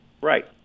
Right